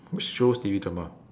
watch shows T_V drama